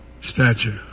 statue